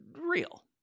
Real